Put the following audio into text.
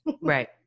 Right